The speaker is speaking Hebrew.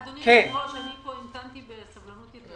אדוני היושב-ראש, אני המתנתי בסבלנות יתרה.